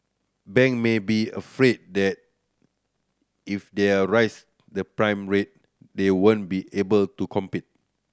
bank may be afraid that if they are raise the prime rate they won't be able to compete